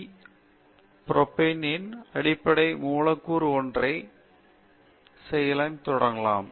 விஸ்வநாதன் ஈபி புரொபெனே அடிப்படை மூலக்கூறு ஒற்றை டிநிலையில் தொகுக்கப்படலாம்